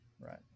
Right